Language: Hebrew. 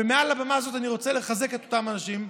ומעל הבמה הזאת אני רוצה לחזק את אותם אנשים.